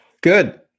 Good